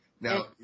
Now